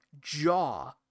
jaw